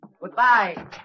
Goodbye